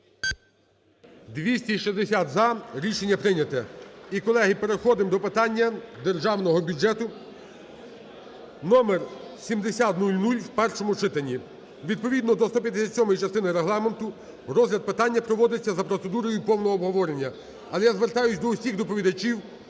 За-260 Рішення прийнято. І, колеги, переходимо до питання Державного бюджету (№7000) у першому читанні. Відповідно до 157 частини Регламенту розгляд питання проводиться за процедурою повного обговорення. Але я звертаюсь до всіх доповідачів,